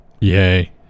yay